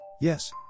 Yes